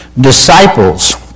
disciples